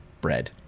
Bread